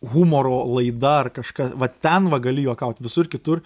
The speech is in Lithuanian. humoro laida ar kažką va ten va gali juokaut visur kitur